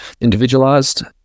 individualized